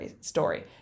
story